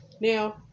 Now